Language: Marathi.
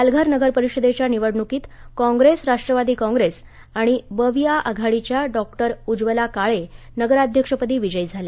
पालघर नगर परिषदेच्या निवडणुकीत कॉप्रेस राष्ट्रवादी कॉप्रेस आणि बविआ आघाडीच्या डॉक्टर उज्वला काळे नगराध्यक्षपदी विजयी झाल्या